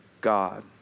God